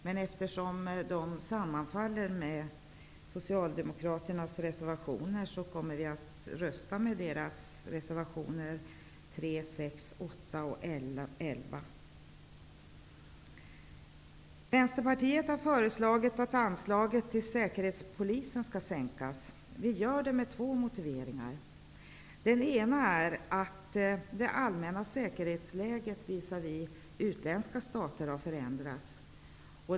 Men eftersom dessa punkter sammanfaller med en del av Socialdemokraternas reservationer, kommer vi att rösta med reservationerna 3, 6, 8 och 11. Vänsterpartiet har föreslagit att anslaget till Säkerhetspolisen skall sänkas. Vi gör det med två motiveringar. Den ena är att det allmänna säkerhetsläget visavi utländska stater har förändrats.